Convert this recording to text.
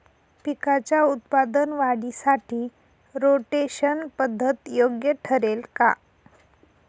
पिकाच्या उत्पादन वाढीसाठी रोटेशन पद्धत योग्य ठरेल का?